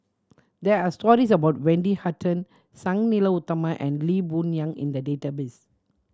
there are stories about Wendy Hutton Sang Nila Utama and Lee Boon Yang in the database